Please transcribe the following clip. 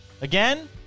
Again